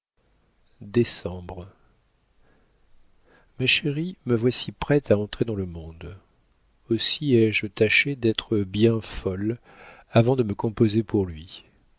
ma chérie me voici prête à entrer dans le monde aussi ai-je tâché d'être bien folle avant de me composer pour lui